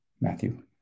Matthew